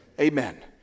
Amen